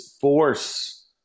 Force